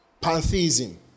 pantheism